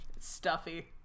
stuffy